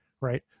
right